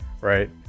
Right